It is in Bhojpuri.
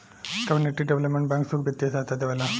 कम्युनिटी डेवलपमेंट बैंक सुख बित्तीय सहायता देवेला